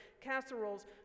Casseroles